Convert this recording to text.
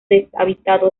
deshabitado